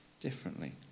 differently